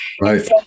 right